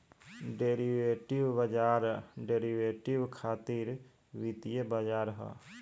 derivative बाजार derivative खातिर वित्तीय बाजार ह